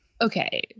okay